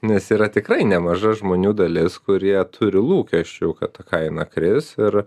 nes yra tikrai nemaža žmonių dalis kurie turi lūkesčių kad ta kaina kris ir